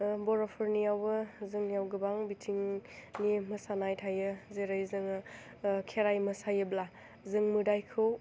बर'फोरनियावबो जोंनियाव गोबां बिथिंनि मोसानाय थायो जेरै जोङो खेराइ मोसायोब्ला जों मोदायखौ